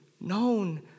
known